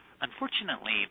unfortunately